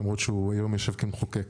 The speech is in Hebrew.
למרות שהוא היום יושב כמחוקק.